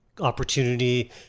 opportunity